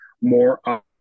more